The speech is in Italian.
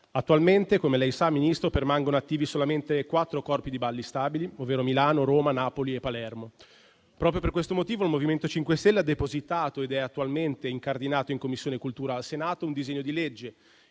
Attualmente, come lei sa, signor Ministro, permangono attivi solamente quattro corpi di ballo stabili, ovvero Milano, Roma, Napoli e Palermo. Proprio per questo motivo il MoVimento 5 Stelle ha depositato - ed è attualmente incardinato in Commissione cultura al Senato - il disegno di legge